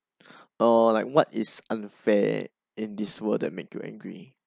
uh like what is unfair in this world that make you angry